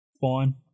fine